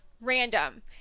random